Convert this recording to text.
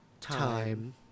time